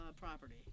property